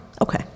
okay